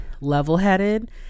level-headed